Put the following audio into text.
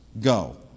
go